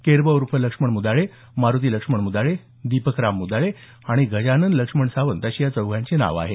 केरबा उर्फ लक्ष्मण मुदाळे मारोती लक्ष्मण मुदाळे दीपक राम मुदाळे आणि गजानन लक्ष्मण सावंत अशी या चौघांची नावं आहेत